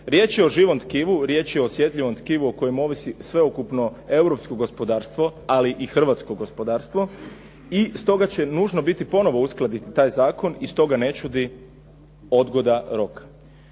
Riječ je o živom tkivu, riječ je o osjetljivom tkivu o kojem ovisi sveukupno europsko gospodarstvo ali i hrvatsko gospodarstvo. I stoga će nužno biti ponovno uskladiti taj zakon i stoga ne čudi odgoda roka.